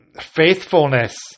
faithfulness